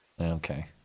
okay